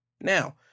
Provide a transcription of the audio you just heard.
Now